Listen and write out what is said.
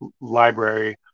library